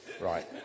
Right